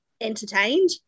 entertained